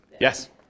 Yes